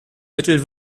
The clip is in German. mittel